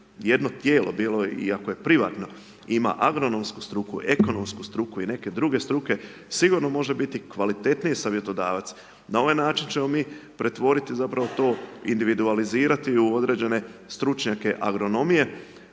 jedno tijelo bilo i ako je privatno, ima agronomsku struku, ekonomsku struku i neke druge struke, sigurno može biti kvalitetniji savjetodavac. Na ovaj način ćemo mmi pretvoriti zapravo to, individualizirati u određene stručnjake agronomije